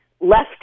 left